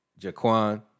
Jaquan